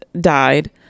died